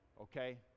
okay